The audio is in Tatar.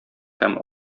һәм